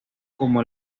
como